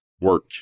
work